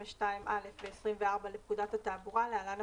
(22א) ו-(24) לפקודת התעבורה (להלן,